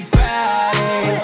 Friday